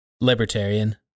libertarian